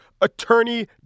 Attorney